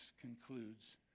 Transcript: concludes